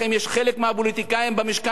חלק מהפוליטיקאים במשכן הזה,